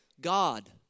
God